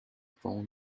phone